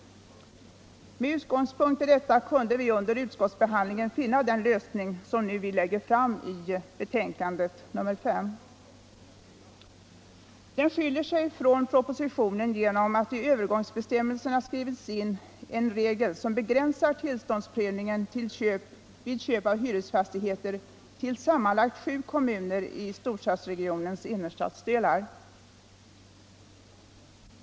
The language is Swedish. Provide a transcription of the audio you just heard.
Med utgångspunkt i detta kunde vi under utskottsbehandlingen finna en lösning som vi nu lägger fram i betänkandet. Den skiljer sig från propositionen genom att i övergångsbestämmelserna skrivits in en regel som begränsar tillståndsprövningen vid köp av hyresfastigheter till sammanlagt sju kommuner i storstadsregionernas innerstadsdelar.